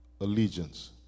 allegiance